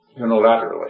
unilaterally